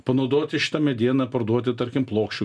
panaudoti šitą medieną parduoti tarkim plokščių